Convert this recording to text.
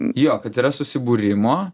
jo kad yra susibūrimo